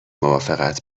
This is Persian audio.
موافقت